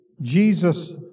Jesus